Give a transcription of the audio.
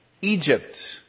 Egypt